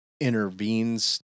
intervenes